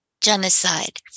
genocide